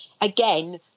again